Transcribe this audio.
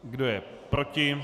Kdo je proti?